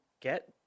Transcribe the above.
get